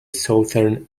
southern